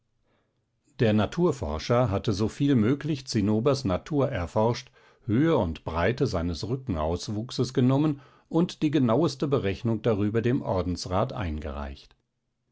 der naturforscher hatte soviel möglich zinnobers natur erforscht höhe und breite seines rückenauswuchses genommen und die genaueste berechnung darüber dem ordensrat eingereicht